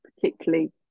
particularly